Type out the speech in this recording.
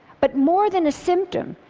but more than a symptom,